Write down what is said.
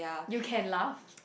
you can laugh